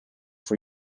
voor